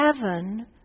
Heaven